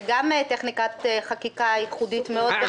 זה גם טכניקת חקיקה ייחודית מאוד.